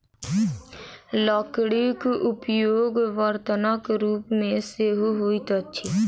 लकड़ीक उपयोग बर्तनक रूप मे सेहो होइत अछि